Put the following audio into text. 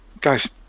Guys